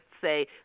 say